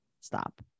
stop